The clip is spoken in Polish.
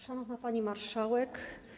Szanowna Pani Marszałek!